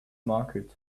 market